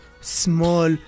small